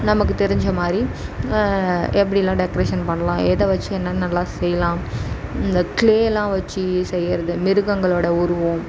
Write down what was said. நமக்கு தெரிஞ்ச மாதிரி எப்படிலாம் டெக்ரேஷன் பண்ணலாம் எதை வச்சு என்னென்னு நல்லா செய்யலாம் இந்த க்ளேயெலாம் வச்சு செய்கிறது மிருகங்களோடய உருவம்